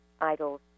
idols